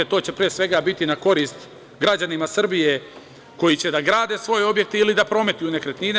To će, pre svega, biti na korist građanima Srbije koji će da grade svoje objekte ili da prometuju nekretnine.